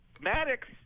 Maddox